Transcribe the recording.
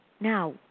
Now